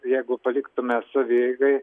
jeigu paliktume savieigai